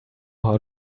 how